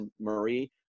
Marie